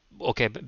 okay